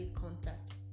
contact